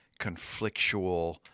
conflictual